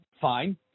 fine